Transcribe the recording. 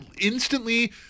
instantly